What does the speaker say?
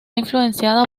influenciada